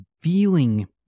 feeling